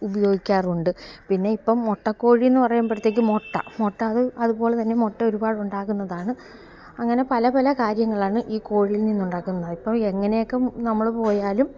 ഉപയോഗിക്കാറുണ്ട് പിന്നെ ഇപ്പം മൊട്ടക്കോഴിയെന്നു പറയുമ്പോഴത്തേക്ക് മുട്ട മുട്ട അത് അതുപോലെതന്നെ മുട്ട ഒരുപാടുണ്ടാകുന്നതാണ് അങ്ങനെ പലപല കാര്യങ്ങളാണ് ഈ കോഴിയില്നിന്ന് ഉണ്ടാക്കുന്ന ഇപ്പം എങ്ങനെയൊക്കെ നമ്മൾ പോയാലും